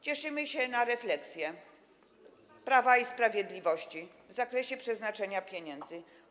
Cieszymy się refleksją Prawa i Sprawiedliwości w zakresie przeznaczania pieniędzy.